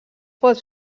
pot